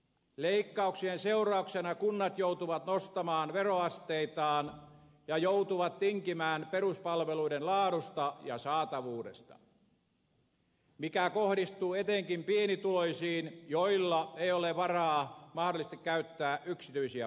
leikkauksien seurauksena kunnat joutuvat nostamaan veroasteitaan ja joutuvat tinkimään peruspalveluiden laadusta ja saatavuudesta mikä kohdistuu etenkin pienituloisiin joilla ei ole varaa mahdollisesti käyttää yksityisiä palveluita